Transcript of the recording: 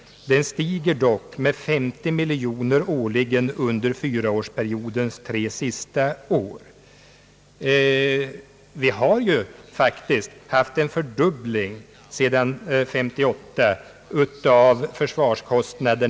Den stiger dock med 50 miljoner kronor årligen under fyraårsperiodens tre sista år.